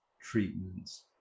treatments